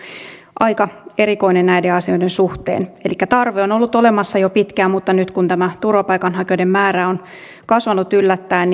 aika erikoinen näiden asioiden suhteen elikkä tarve on on ollut olemassa jo pitkään mutta nyt kun tämä turvapaikanhakijoiden määrä on kasvanut yllättäen